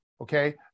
okay